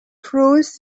truth